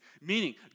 meaning